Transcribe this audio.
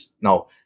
Now